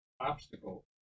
obstacle